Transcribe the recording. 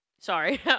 sorry